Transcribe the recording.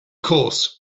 course